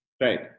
Right